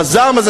בזעם הזה,